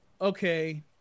okay